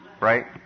Right